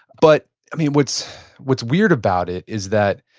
but what's what's weird about it is that,